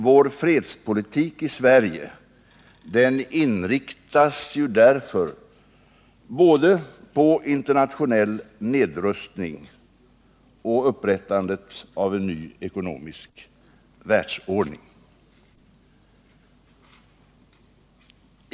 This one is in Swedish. Vår fredspolitik inriktas ju därför både på internationell nedrustning och på upprättandet av en ny ekonomisk världsordning.